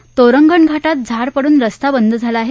तर तोंराण घाटात झाडे पडून रस्ता बंद झाला आहे